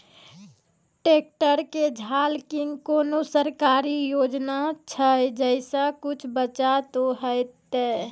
Tractor के झाल किंग कोनो सरकारी योजना छ जैसा कुछ बचा तो है ते?